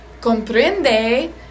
comprende